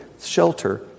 shelter